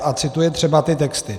A cituje třeba ty texty.